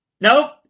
Nope